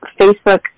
Facebook